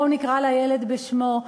בוא נקרא לילד בשמו,